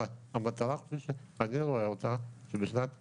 המטרה כפי שאני רואה אותה, שבשנת 23',